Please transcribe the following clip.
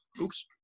Oops